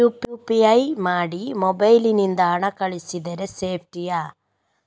UPI ಮಾಡಿ mobile ನಿಂದ ಹಣ ಕಳಿಸಿದರೆ ಸೇಪ್ಟಿಯಾ?